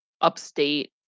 upstate